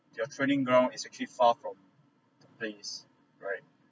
your training ground is actually far from the place right